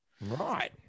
Right